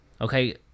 okay